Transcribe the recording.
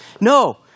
No